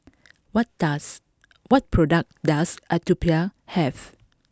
what does what products does Atopiclair have